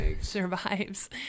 survives